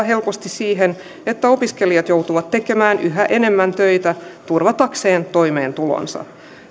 helposti siihen että opiskelijat joutuvat tekemään yhä enemmän töitä turvatakseen toimeentulonsa